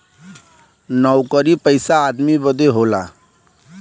नउकरी पइसा आदमी बदे होला